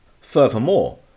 Furthermore